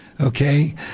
Okay